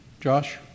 Josh